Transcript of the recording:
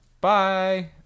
bye